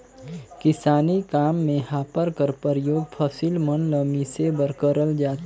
किसानी काम मे हापर कर परियोग फसिल मन ल मिसे बर करल जाथे